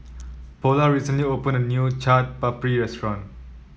paula recently opened a new Chaat Papri restaurant